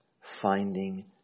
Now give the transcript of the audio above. finding